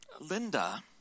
Linda